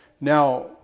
Now